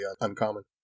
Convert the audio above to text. uncommon